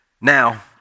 Now